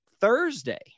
Thursday